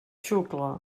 xucla